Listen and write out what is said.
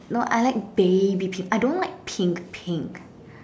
no I like baby pink I don't like pink pink